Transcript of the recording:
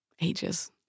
Ages